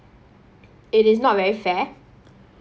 it is not very fair